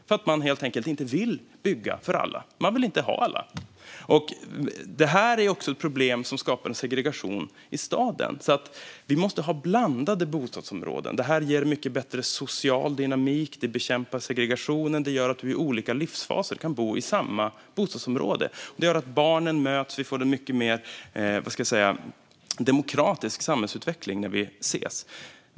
Man vill helt enkelt inte bygga för alla. Man vill inte ha alla. Finansiell stabilitet och finansmarknads-frågor Detta är ett problem som också skapar en segregation i staden. Vi måste ha blandade bostadsområden. Det ger mycket bättre social dynamik, bekämpar segregationen och gör att vi i olika livsfaser kan bo i samma bostadsområde. Det gör att barn möts och vi får en mycket mer demokratisk samhällsutveckling.